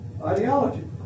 ideology